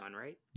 right